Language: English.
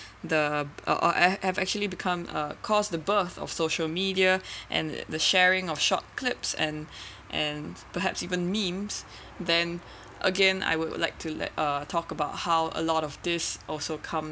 the uh have actually become uh cause the birth of social media and the sharing of short clips and and perhaps even memes then again I would like to let uh talk about how a lot of this also come